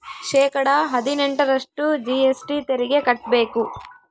ಶೇಕಡಾ ಹದಿನೆಂಟರಷ್ಟು ಜಿ.ಎಸ್.ಟಿ ತೆರಿಗೆ ಕಟ್ಟ್ಬೇಕು